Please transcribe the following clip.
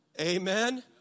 Amen